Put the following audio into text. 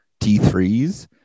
T3s